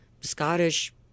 Scottish